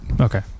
Okay